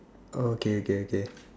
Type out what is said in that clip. oh okay okay okay